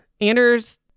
Anders